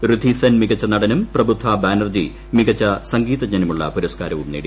റിഥി സെൻ മികച്ച നടനും പ്രബുദ്ധാ ബാനർജി മികച്ച സംഗീതജ്ഞനുമുള്ള പുരസ്കാരവും നേടി